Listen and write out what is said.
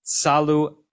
salu